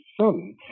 son